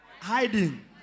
hiding